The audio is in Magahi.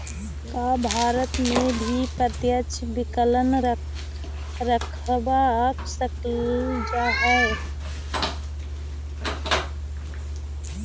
का भारत में भी प्रत्यक्ष विकलन करवा सकल जा हई?